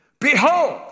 Behold